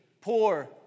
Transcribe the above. Poor